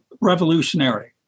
revolutionary